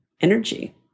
energy